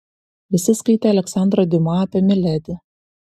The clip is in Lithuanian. visi skaitė aleksandrą diuma apie miledi